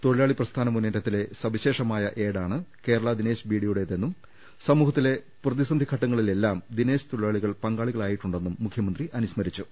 തൊഴിലാളി പ്രസ്ഥാന മുന്നേ റ്റത്തിലെ സവിശേഷമായ ഏടാണ് കേരള ദിനേശ് ബിഡിയുടേ തെന്നും സമൂഹത്തിലെ പ്രതിസ്ന്ധി ഘട്ടങ്ങളിലെല്ലാം ദിനേശ് തൊഴിലാളികൾ പങ്കാളികളായിട്ടുണ്ടെന്നും മുഖ്യമന്ത്രി അനുസ്മ രിച്ചു